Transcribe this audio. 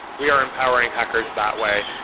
we are empowering hackers that way.